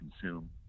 consume